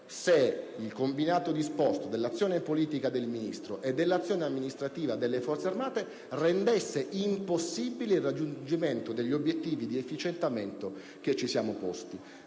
se il combinato disposto dell'azione politica del Ministro e dell'azione amministrativa delle Forze armate rendesse impossibile il raggiungimento degli obiettivi di efficientamento che ci siamo posti.